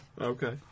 Okay